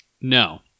No